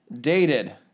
Dated